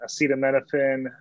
acetaminophen